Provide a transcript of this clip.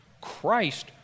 Christ